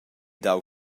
dau